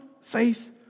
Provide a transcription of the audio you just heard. faith